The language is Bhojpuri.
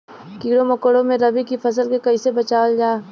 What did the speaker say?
कीड़ों मकोड़ों से रबी की फसल के कइसे बचावल जा?